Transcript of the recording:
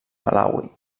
malawi